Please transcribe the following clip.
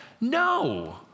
No